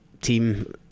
team